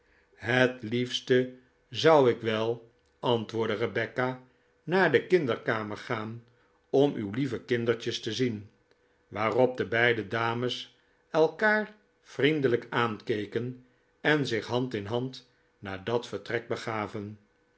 het liefste zou ik wel antwoordde rebecca naar de kinderkamer gaan om uw lieve kindertjes te zien waarop de beide dames elkaar vriendelijk aankeken en zich hand in hand naar dat vertrek begaven